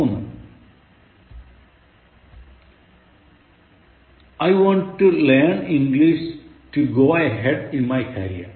മൂന്ൻ I want to learn English to go ahead in my career